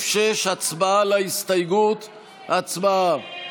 אנטאנס שחאדה, אחמד טיבי,